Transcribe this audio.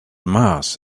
mars